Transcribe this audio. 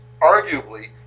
arguably